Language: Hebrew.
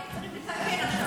לכן צריך לתקן עכשיו.